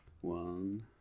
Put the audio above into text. One